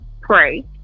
pray